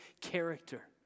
character